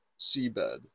seabed